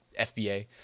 FBA